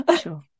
Sure